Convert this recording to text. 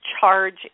charge